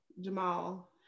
jamal